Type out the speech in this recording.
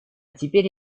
теперь